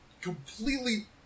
completely